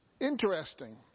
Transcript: Interesting